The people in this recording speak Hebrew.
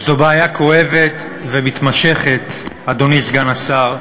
זו בעיה כואבת ומתמשכת, אדוני סגן השר.